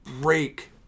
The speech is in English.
break